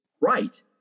right